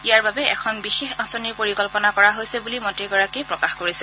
ইয়াৰ বাবে এখন বিশেষ আঁচনিৰ পৰিকল্পনা কৰা হৈছে বুলি মন্ত্ৰীগৰাকীয়ে প্ৰকাশ কৰিছে